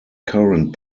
current